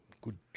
Good